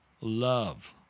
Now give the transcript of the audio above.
love